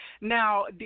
Now